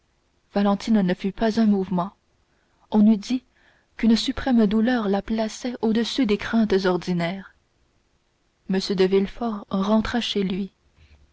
valentine ne fit pas un mouvement on eût dit qu'une suprême douleur la plaçait au-dessus des craintes ordinaires m de villefort rentra chez lui